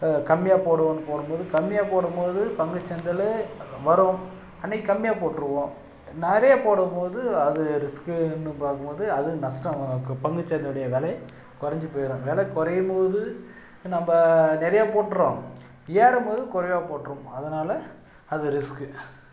கம்மியாக போடுவோம்ன்னு போடும்போது கம்மியாக போடும்போது பங்குச்சந்தையில் வரும் அன்னைக்கு கம்மியாக போட்டுருவோம் நிறையா போடும்போது அது ரிஸ்க்குன்னு பார்க்கும்போது அது நஷ்டம் பங்குச்சந்தையினுடைய விலை கொறைஞ்சி போய்ரும் வெலை குறையும்போது நம்ம நிறையா போட்டுடுறோம் ஏறும்போது குறைவா போட்டுடுறோம் அதனால் அது ரிஸ்க்கு